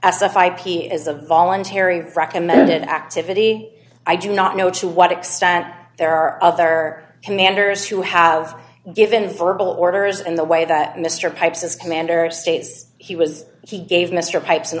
a five he is a voluntary recommended activity i do not know to what extent there are other commanders who have given verbal orders in the way that mr pipes as commander states he was he gave mr pipes in